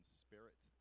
spirit